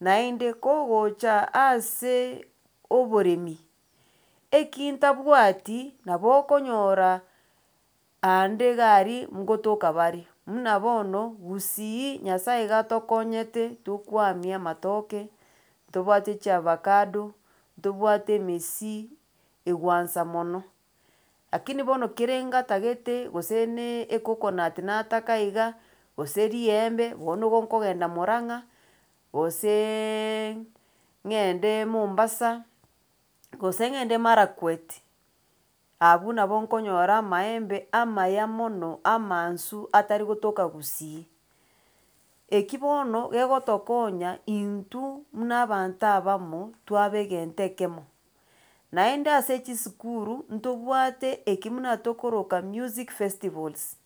Naende kogocha asee oboremi eki ntabwati nabo okonyora ande iga aria nkotoka bare, muna bono, gusii nyasaye iga atokonyete tokoamia amatoke, ntobwate chiavacado, ntobwate emesii, egoansa mono, lakini bono kere egantagete gose naaa ecoconut nataka iga, gose riembe, bono igo nkogenda murang'a goseeeee ng'ede mombasa, gose ng'ende marakwet, abwo nabo nkonyora amaembe, amaya mono, amaansu atarigotoka gusii. Eki bono gegotokonya intwe muna abanto abamo twaba egento ekemo, naende ase chisukuru ntobwate ekio muna tokora music festivals,